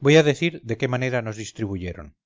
voy a decir de qué manera nos distribuyeron